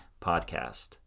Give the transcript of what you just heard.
Podcast